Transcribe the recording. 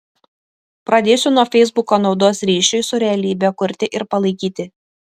pradėsiu nuo feisbuko naudos ryšiui su realybe kurti ir palaikyti